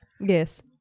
Yes